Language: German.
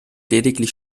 lediglich